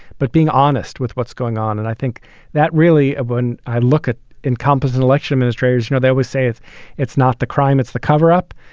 but being honest with what's going on. and i think that really ah when i look at incompetant election administrators, you know, they always say if it's not the crime, it's the cover up.